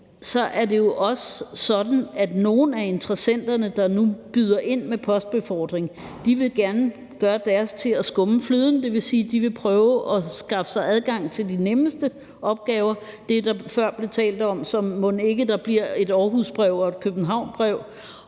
er det jo også sådan, at nogle af interessenterne, der nu byder ind med postbefordring, gerne vil gøre deres til at skumme fløden. Det vil sige, at de vil prøve at skaffe sig adgang til de nemmeste opgaver, altså det, der før blev talt om som: Mon ikke der bliver et Aarhusbrev og et Københavnsbrev?